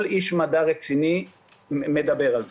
כל איש מדע רציני מדבר על זה.